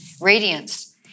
radiance